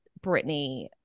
Britney